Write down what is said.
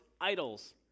idols